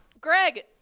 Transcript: Greg